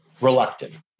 reluctant